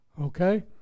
Okay